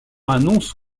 annonce